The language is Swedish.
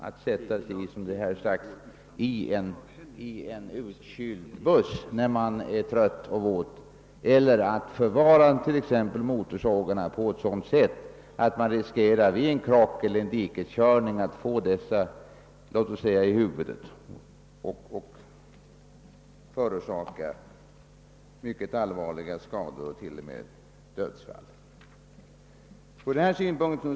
Att man skall behöva sätta sig i en utkyld buss när man är trött och våt och tvingas förvara t.ex. motorsågar på ett sådant sätt, att man vid en krock eller dikeskörning kan få dem i huvudet med risk för mycket allvarliga skador och t.o.m. dödsfall, är en orimlighet.